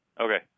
Okay